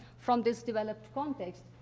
from this developed context.